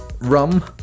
rum